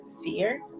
fear